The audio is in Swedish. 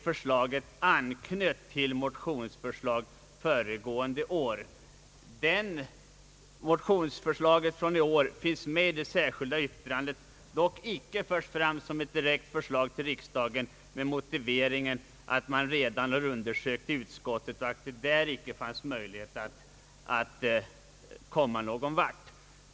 Förslaget anknöt till motionsförslag föregående år. Motionsförslaget från i år finns med i det särskilda yttrandet, dock icke som ett direkt förslag till riksdagen, detta med motiveringen att det inte fanns möjlighet att i utskottet komma någon vart.